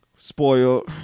Spoiled